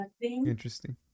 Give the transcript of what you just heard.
Interesting